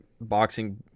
boxing